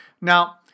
Now